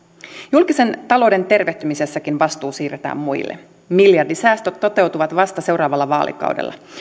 julkisen talouden tervehtymisessäkin vastuu siirretään muille miljardisäästöt toteutuvat vasta seuraavalla vaalikaudella